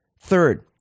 Third